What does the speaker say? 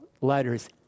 letters